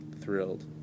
thrilled